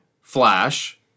flash